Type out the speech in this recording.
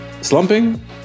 slumping